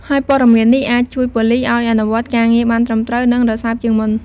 ហើយព័ត៌មាននេះអាចជួយប៉ូលិសឱ្យអនុវត្តការងារបានត្រឹមត្រូវ និងរសើបជាងមុន។